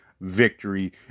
victory